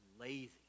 Lazy